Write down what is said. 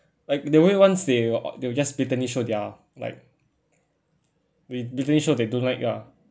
like the way once they o~ they will just blatantly show their like bla~ blatantly show they don't like you ah